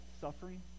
suffering